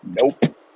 Nope